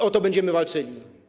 O to będziemy walczyli.